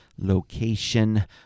location